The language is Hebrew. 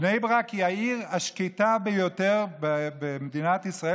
בני ברק היא העיר השקטה ביותר במדינת ישראל.